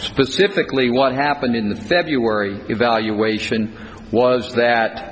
specifically what happened in the february evaluation was that